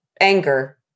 anger